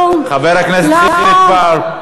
חבר הכנסת חיליק בר.